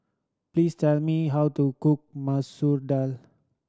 please tell me how to cook Masoor Dal